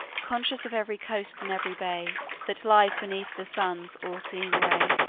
conscious of every coast and every bay that lies beneath the sun's all-seeing ray.